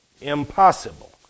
Impossible